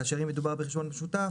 כאשר מדור בחשבון משותף,